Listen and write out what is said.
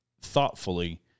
thoughtfully